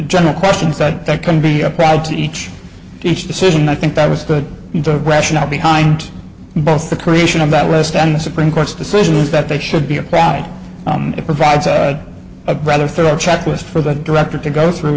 general questions but that can be applied to each each decision i think that was good rationale behind both the creation of that west and the supreme court's decisions that they should be a proud it provides a brother through a checklist for the director to go through